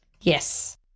Yes